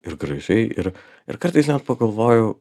ir gražiai ir ir kartais net pagalvoju